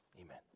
Amen